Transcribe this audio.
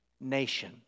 nation